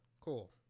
Cool